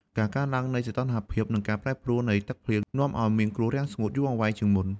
ការកើនឡើងនៃសីតុណ្ហភាព និងការប្រែប្រួលនៃទឹកភ្លៀងនាំឱ្យមានគ្រោះរាំងស្ងួតយូរអង្វែងជាងមុន។